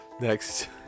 Next